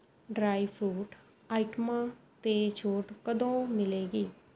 dry fruit ਆਈਟਮਾਂ 'ਤੇ ਛੋਟ ਕਦੋਂ ਮਿਲੇਗੀ